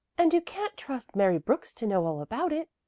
and you can trust mary brooks to know all about it.